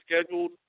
scheduled